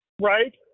right